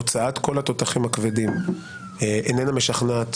הוצאת כל התותחים הכבדים איננה משכנעת